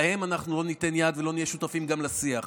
להם אנחנו לא ניתן יד ולא נהיה שותפים גם לשיח,